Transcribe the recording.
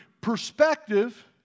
perspective